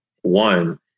one